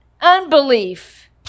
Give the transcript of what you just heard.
unbelief